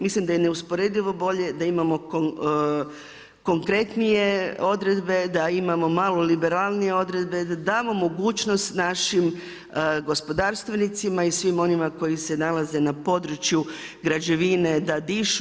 Mislim daj je neusporedivo bolje, da imamo konkretnije odredbe, da imamo malo liberalnije odredbe, da damo mogućnost, našim, gospodarstvenicima i svim onima koji se nalaze na području građevine da dišu.